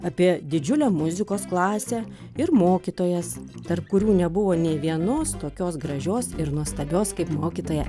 apie didžiulę muzikos klasę ir mokytojas tarp kurių nebuvo nė vienos tokios gražios ir nuostabios kaip mokytoja